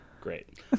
Great